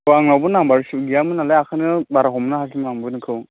आंनिआवबो number save गैयामोन नालाय आखायनो बारा हमनो हाायाखैमोन आंबो नोंखौ